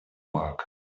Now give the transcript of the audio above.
work